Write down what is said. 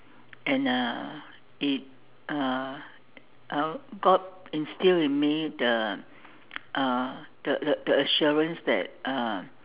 and uh it uh uh God instilled in me the uh the the assurance that uh